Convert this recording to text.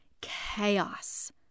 chaos